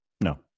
No